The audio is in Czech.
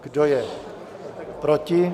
Kdo je proti?